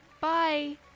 Bye